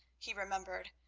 he remembered,